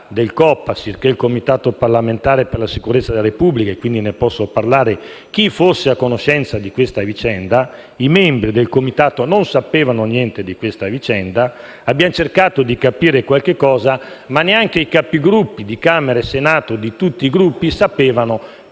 del Copasir, il Comitato parlamentare per la sicurezza della Repubblica, e quindi ne posso parlare, chi fosse a conoscenza di questa vicenda. I membri del Comitato non sapevano niente. Abbiamo cercato di capire qualcosa ma neanche i Capigruppo di Camera e Senato di tutti i Gruppi sapevamo